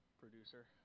Producer